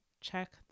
check